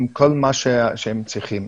עם כל מה שהם צריכים.